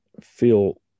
feel